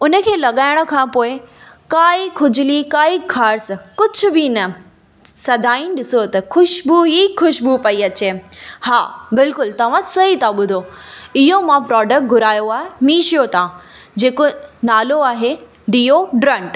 उनखे लॻाएण खां पोए काई खुजली काई ख़ारिस कुझ बि न सदाईं ॾिसो त ख़ुशबू ई ख़ुशबू पई अचे हा बिल्कुलु तव्हां सही था ॿुधो उहो मां प्रोडक्ट घुरायो आहे मीशो तां जेको नालो आहे डीओडिरंट